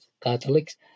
Catholics